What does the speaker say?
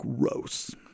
gross